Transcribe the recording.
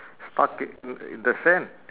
stuck i~ in the sand